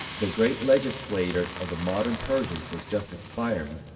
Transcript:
the great legislator of the modern persians, was just expiring,